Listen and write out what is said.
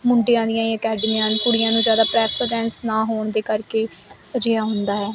ਮੁੰਡਿਆਂ ਦੀਆਂ ਈ ਅਕੈਡਮੀਆਂ ਹਨ ਕੁੜੀਆਂ ਨੂੰ ਜਿਆਦਾ ਪ੍ਰੈਫਰੈਂਸ ਨਾ ਹੋਣ ਦੇ ਕਰਕੇ ਅਜਿਹਾ ਹੁੰਦਾ ਹੈ